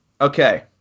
okay